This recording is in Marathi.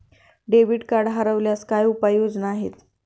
डेबिट कार्ड हरवल्यास काय उपाय योजना आहेत?